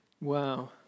Wow